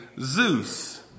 Zeus